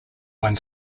one